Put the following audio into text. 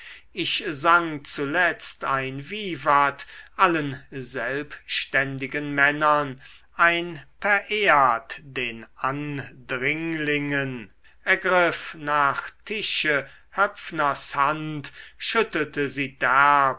ich sang zuletzt ein vivat allen selbständigen männern ein pereat den andringlingen ergriff nach tische höpfners hand schüttelte sie derb